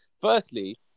firstly